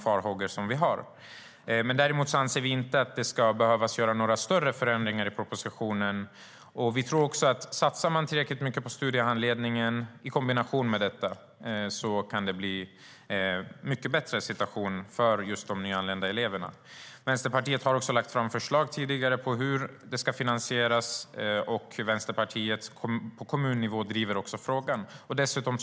Vänsterpartiet har också tidigare lagt fram förslag på hur det ska finansieras. Vänsterpartiet driver även frågan på kommunnivå.